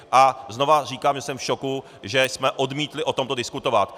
A znovu říkám, že jsem v šoku, že jsme odmítli o tomto diskutovat.